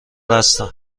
هستم